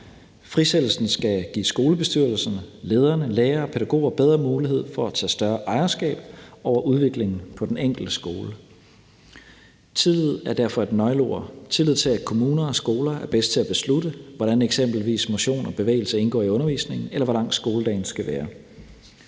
Frisættelsen skal give skolebestyrelserne, lederne, lærerne og pædagogerne bedre mulighed for at tage større ejerskab over udviklingen på den enkelte skole. Tillid er derfor et nøgleord: tilid til, at kommuner og skoler er bedst til at beslutte, hvordan eksempelvis motion og bevægelse indgår i undervisningen, eller hvor lang skoledagen skal være.